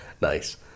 Nice